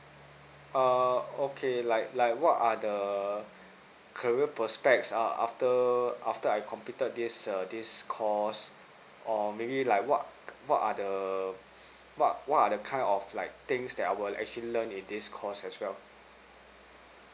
uh okay like like what are the career prospect uh after after I completed this err this course or maybe like what what are the what what are the kind of like things that I would actually learn in this course as well